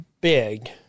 big